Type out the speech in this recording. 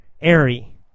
Airy